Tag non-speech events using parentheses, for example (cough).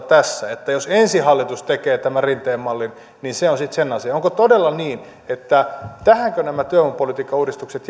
(unintelligible) tässä että jos ensi hallitus tekee tämän rinteen mallin niin se on sitten sen asia onko todella niin että tähän nämä työvoimapolitiikan uudistukset (unintelligible)